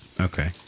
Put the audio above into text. Okay